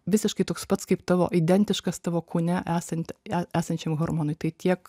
visiškai toks pats kaip tavo identiškas tavo kūne esant e esančiam hormonui tai tiek